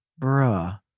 Bruh